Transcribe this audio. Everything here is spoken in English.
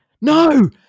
no